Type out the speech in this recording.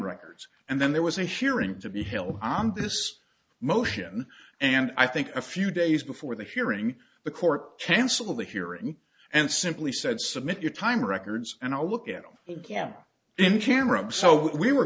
records and then there was a hearing to be held on this motion and i think a few days before the hearing the court canceled to hear him and simply said submit your time records and i'll look at them again in camera so we were